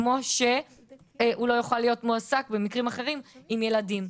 כמו שהוא לא יכול להיות מועסק במקרים אחרים עם ילדים.